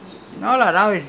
dunearn primary